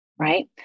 right